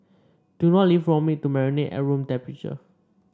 do not leave raw meat to marinate at room temperature